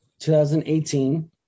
2018